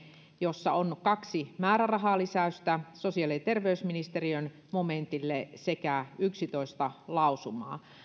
jossa on kaksi määrärahalisäystä sosiaali ja terveysministeriön momentille sekä yksitoista lausumaa